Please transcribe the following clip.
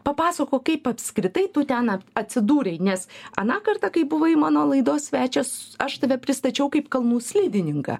papasakok kaip apskritai tu ten atsidūrei nes aną kartą kai buvai mano laidos svečias aš tave pristačiau kaip kalnų slidininką